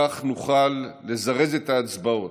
כך נוכל לזרז את ההצבעות.